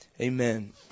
Amen